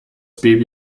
baby